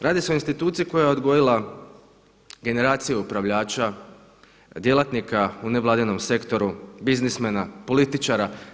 Radi se o instituciji koja je odgojila generacije upravljača, djelatnika u nevladinom sektoru, biznismena, političara.